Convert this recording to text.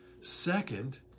Second